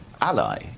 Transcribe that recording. ally